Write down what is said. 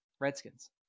Redskins